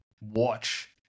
watch